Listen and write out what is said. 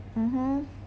mmhmm